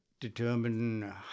determine